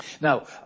Now